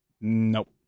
Nope